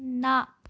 ਨਾ